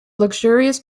luxurious